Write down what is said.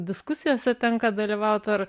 diskusijose tenka dalyvaut ar